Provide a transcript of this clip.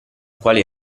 quale